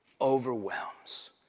overwhelms